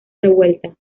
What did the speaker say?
revuelta